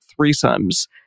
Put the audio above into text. threesomes